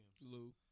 Lou